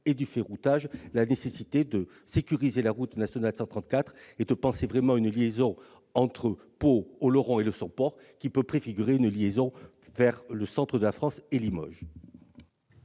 et du ferroutage, la nécessité de sécuriser la route nationale 134 et de penser vraiment à une liaison entre Pau, Oloron et Le Somport, susceptible de préfigurer une prolongation vers le centre de la France et Limoges.